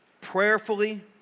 prayerfully